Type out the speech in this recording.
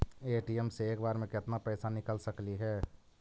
ATM से एक बार मे केत्ना पैसा निकल सकली हे?